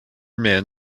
man